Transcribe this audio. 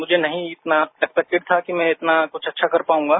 मुझे नहीं इतना एक्सपेक्टेड था कि मैं इतना कुछ अच्छा कर पाऊंगा